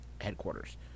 headquarters